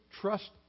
trust